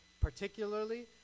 particularly